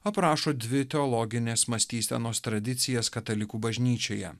aprašo dvi teologinės mąstysenos tradicijas katalikų bažnyčioje